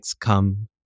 come